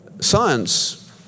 Science